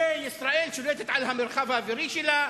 שישראל שולטת על המרחב האווירי שלה,